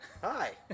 Hi